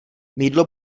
mýdlo